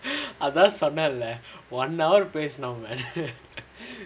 அதான்:athaan பேசுனோமே:pesunomae one hour பேசுனோமே:pesunomae